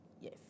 Yes